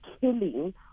killing